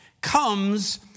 comes